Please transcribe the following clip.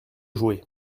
jouer